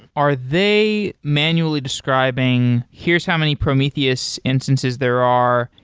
are they manually describing, here's how many prometheus instances there are.